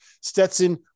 Stetson